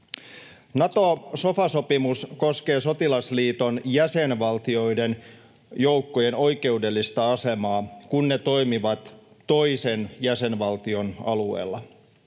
Nato-sofa-sopimus koskee sotilasliiton jäsenvaltioiden joukkojen oikeudellista asemaa, kun ne toimivat toisen jäsenvaltion alueella.